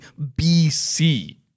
BC